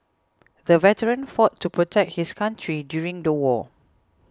the veteran fought to protect his country during the war